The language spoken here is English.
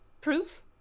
Proof